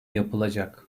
yapılacak